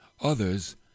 others